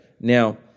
Now